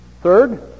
Third